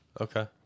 Okay